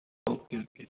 okay okay